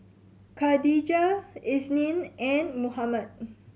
Khatijah Isnin and Muhammad